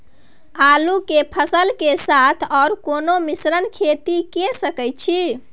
आलू के फसल के साथ आर कोनो मिश्रित खेती के सकैछि?